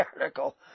article